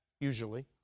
usually